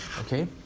Okay